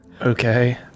Okay